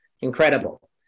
Incredible